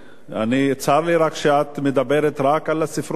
צר לי רק שאת מדברת רק על הספרות העברית,